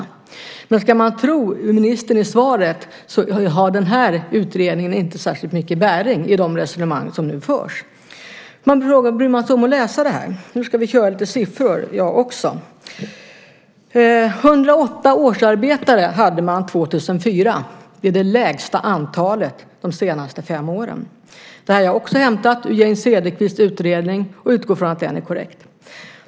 Om man ska tro ministern i svaret så har utredningen inte särskilt mycket bäring i de resonemang som nu förs. Bryr man sig om att läsa det här? Nu ska jag också köra lite siffror. Museet hade 108 årsarbetare under 2004. Det är det lägsta antalet under de senaste fem åren. Detta har jag också hämtat ur Jane Cederqvists utredning, och jag utgår från att den är korrekt.